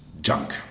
junk